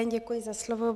Děkuji za slovo.